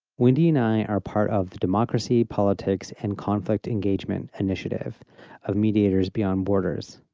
wendy and i are part of the democracy politics and conflict engagement initiative of mediators beyond borders,